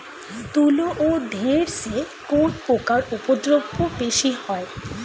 তুলো ও ঢেঁড়সে কোন পোকার উপদ্রব বেশি হয়?